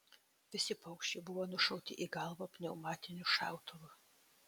visi paukščiai buvo nušauti į galvą pneumatiniu šautuvu